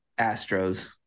Astros